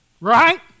Right